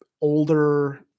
older